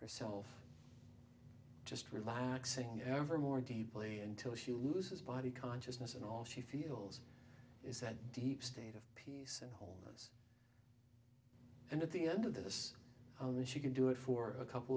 herself just relaxing ever more deeply until she loses body consciousness and all she feels is that deep state of peace and whole and at the end of this only she could do it for a couple